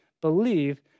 believe